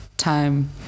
time